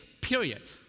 period